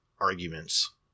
arguments